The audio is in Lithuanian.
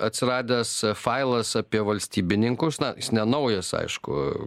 atsiradęs failas apie valstybininkus na jis nenaujas aišku